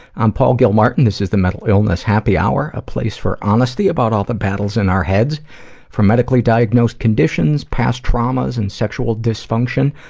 i'm paul gilmartin, this is the mental illness happy hour, a place for honesty about all the battles in our heads from medically diagnosed conditions, past traumas, and sexual dysfunction,